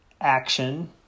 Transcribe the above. action